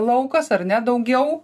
laukas ar ne daugiau